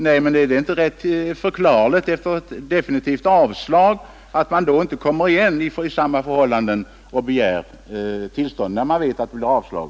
Nej, men eftersom man då fick avslag är det väl rätt förklarligt att man inte nu kommer tillbaka och begär tillstånd. Man vet ju att det blir avslag.